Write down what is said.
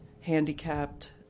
handicapped